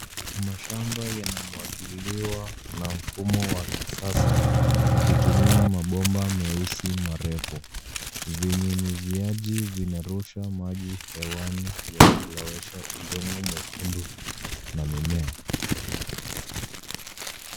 Mashamba yanamwangiliwa na mfumo wa kisasa ukitumia mabomba meusi marefu. Vinyunyiziaji vinarusha maji hewani yakilowesha udongo mwekundu na mimea.